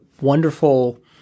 wonderful